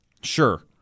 Sure